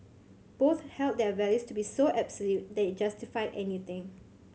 both held their values to be so absolute that it justified anything